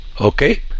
Okay